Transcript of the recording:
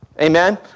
Amen